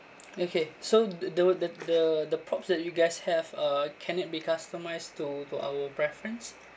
okay so the the the the the props that you guys have uh can it be customized to to our preference